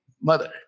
mother